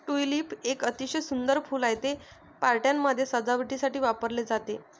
tulip एक अतिशय सुंदर फूल आहे, ते पार्ट्यांमध्ये सजावटीसाठी वापरले जाते